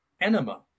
Enema